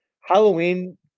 Halloween